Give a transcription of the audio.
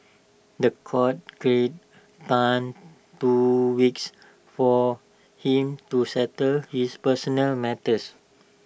The Court granted Tan two weeks for him to settle his personal matters